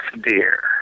dear